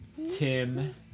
Tim